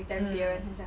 mm